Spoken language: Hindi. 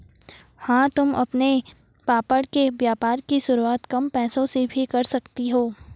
हाँ तुम अपने पापड़ के व्यापार की शुरुआत कम पैसों से भी कर सकती हो